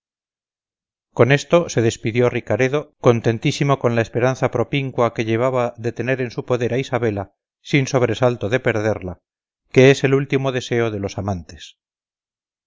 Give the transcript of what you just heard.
con esto se despidió ricaredo contentísimo con la esperanza propincua que llevaba de tener en su poder a isabela sin sobresalto de perderla que es el último deseo de los amantes